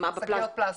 שקיות פלסטיק.